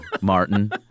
Martin